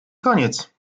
koniec